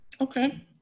Okay